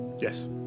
yes